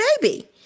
baby